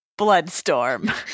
Bloodstorm